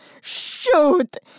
Shoot